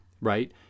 right